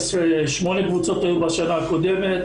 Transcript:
שמונה קבוצות היו בשנה הקודמת.